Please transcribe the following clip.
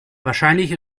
wahrscheinlich